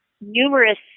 numerous